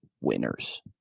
winners